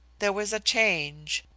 there was a change.